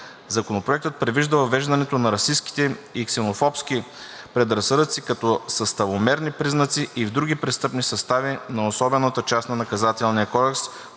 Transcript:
Законопроектът предвижда въвеждането на расистките и ксенофобските предразсъдъци като съставомерни признаци и в други престъпни състави от Особената част на Наказателния кодекс